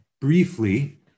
briefly